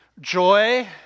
Joy